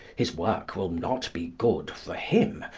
his work will not be good for him,